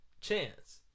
chance